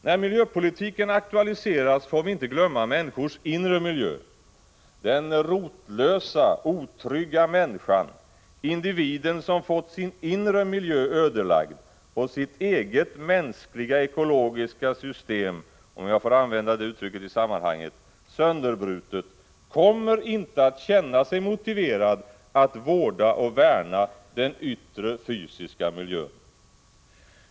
När miljöpolitiken aktualiseras får vi inte glömma människors inre miljö. Den rotlösa, otrygga människan, individen som fått sin inre miljö ödelagd och sitt eget mänskliga ekologiska system — om jag får använda det uttrycket i sammanhanget — sönderbrutet, kommer inte att känna sig motiverad att vårda och värna den yttre fysiska miljön.